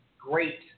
great